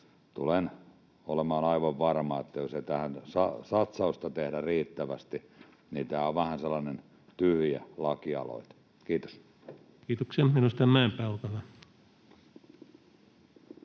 Olen aivan varma, että jos ei tähän satsausta tehdä riittävästi, niin tämä on vähän sellainen tyhjä lakialoite. — Kiitos. Kiitoksia. — Edustaja Mäenpää, olkaa